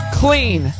clean